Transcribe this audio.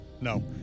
No